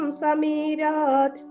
samirat